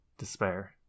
Despair